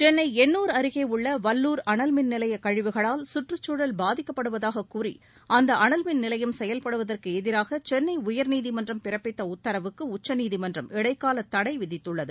சென்னைஎன்னூர் அருகே உள்ள வல்லூர் அனல்மின் நிலைய கழிவுகளால் சுற்றுச்சூழல் பாதிக்கப்படுவதாக கூறி அந்த அனல்மின் நிலையம் செயல்படுவதற்கு எதிராக சென்னை உயாநீதிமன்றம் பிறப்பித்த உத்தரவுக்கு உச்சநீதிமன்றம் இடைக்கால தடை விதித்துள்ளது